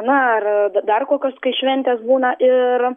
na ar da dar kokios šventės būna ir